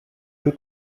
peu